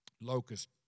Locust